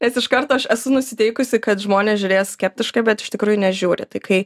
nes iš karto aš esu nusiteikusi kad žmonės žiūrės skeptiškai bet iš tikrųjų nežiūri tai kai